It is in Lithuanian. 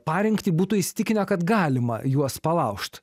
parengtį būtų įsitikinę kad galima juos palaužt